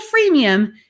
freemium